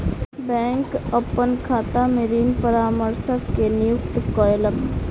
bank अपन शाखा में ऋण परामर्शक के नियुक्ति कयलक